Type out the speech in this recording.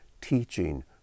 teaching